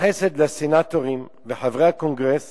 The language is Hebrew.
מתייחסת לסנטורים וחברי הקונגרס